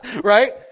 right